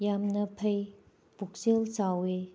ꯌꯥꯝꯅ ꯐꯩ ꯄꯨꯛꯆꯦꯜ ꯆꯥꯎꯏ